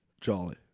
Jolly